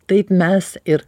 taip mes ir